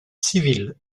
civil